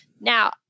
Now